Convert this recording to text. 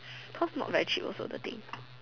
cause not very cheap also the thing